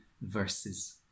verses